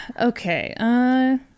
Okay